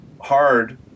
hard